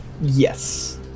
Yes